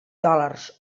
dòlars